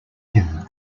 him